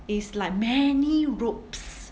is like many ropes